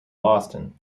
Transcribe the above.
boston